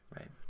Right